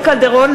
(קוראת בשמות חברי הכנסת) רות קלדרון,